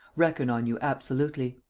reckon on you absolutely.